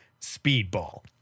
speedball